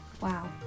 Wow